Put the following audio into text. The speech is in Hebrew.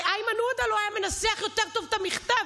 הרי איימן עודה לא היה מנסח יותר טוב את המכתב.